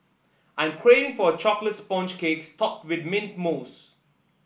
I'm craving for a chocolate sponge cakes topped with mint mousse